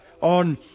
on